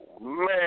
man